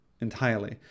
entirely